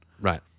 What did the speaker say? right